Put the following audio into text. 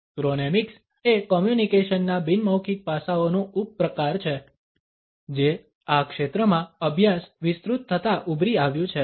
chronemics એ કોમ્યુનિકેશનના બિન મૌખિક પાસાઓનુ ઉપપ્રકાર છે જે આ ક્ષેત્રમાં અભ્યાસ વિસ્તૃત થતાં ઉભરી આવ્યુ છે